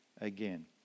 again